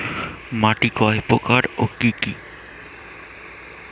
মাটি কয় প্রকার ও কি কি?